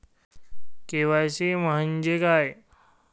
KYC म्हंजे काय?